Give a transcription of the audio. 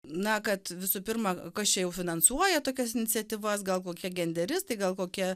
na kad visų pirma kas šiaip finansuoja tokias iniciatyvas gal kokie genderistai gal kokie